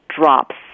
drops